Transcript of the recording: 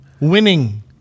Winning